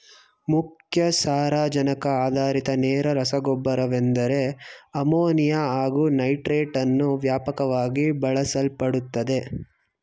ಮುಖ್ಯ ಸಾರಜನಕ ಆಧಾರಿತ ನೇರ ರಸಗೊಬ್ಬರವೆಂದರೆ ಅಮೋನಿಯಾ ಹಾಗು ನೈಟ್ರೇಟನ್ನು ವ್ಯಾಪಕವಾಗಿ ಬಳಸಲ್ಪಡುತ್ತದೆ